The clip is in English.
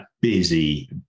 busy